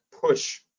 push